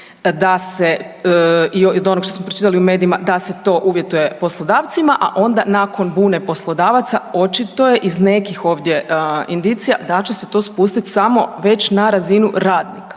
da se, od onog što smo pročitali u medijima, da se to uvjetuje poslodavcima a onda nakon bune poslodavaca, očito je iz nekih ovdje indicija da će se to spustiti samo već na razinu radnika.